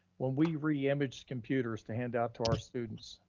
when we reimage computers to hand out to our students,